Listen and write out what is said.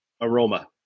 aroma